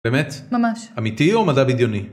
באמת? ממש. אמיתי או מדע בדיוני?